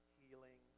healing